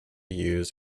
used